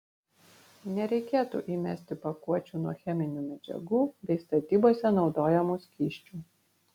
nereikėtų įmesti pakuočių nuo cheminių medžiagų bei statybose naudojamų skysčių